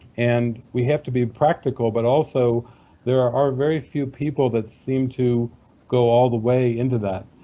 and we have to be practical but also there are very few people that seem to go all the way into that.